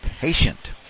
patient